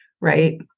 right